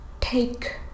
Take